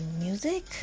music